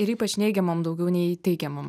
ir ypač neigiamom daugiau nei teigiamom